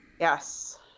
Yes